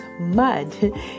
mud